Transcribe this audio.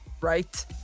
Right